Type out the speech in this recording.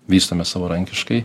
vystome savarankiškai